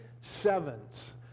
sevens